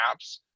apps